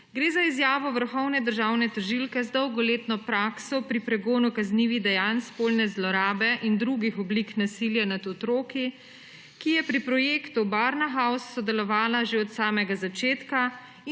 Gre za izjavo vrhovne državne tožilke z dolgoletno prakso pri pregonu kaznivih dejanj spolne zlorabe in drugih oblik nasilja nad otroki, ki je pri projektu Barnahus sodelovala že od samega začetka